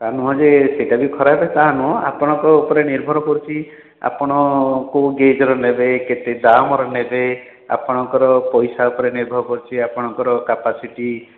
ତା ନୁହଁ ଯେ ସେଇଟା ବି ଖରାପ ତା ନୁହଁ ଆପଣଙ୍କ ଉପରେ ନିର୍ଭର କରୁଛି ଆପଣ କୋଉ ଗେଜ୍ ର ନେବେ କେତେ ଦାମ୍ ର ନେବେ ଆପଣଙ୍କର ପଇସା ଉପରେ ନିର୍ଭର କରୁଛି ଆପଣଙ୍କ କାପାସିଟି